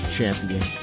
Champion